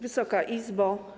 Wysoka Izbo!